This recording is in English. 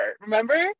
remember